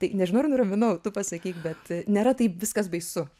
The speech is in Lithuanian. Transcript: tai nežinau ar nuraminau tu pasakyk bet nėra taip viskas baisu